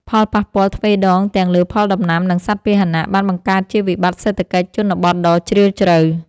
ផលប៉ះពាល់ទ្វេដងទាំងលើផលដំណាំ និងសត្វពាហនៈ បានបង្កើតជាវិបត្តិសេដ្ឋកិច្ចជនបទដ៏ជ្រាលជ្រៅ។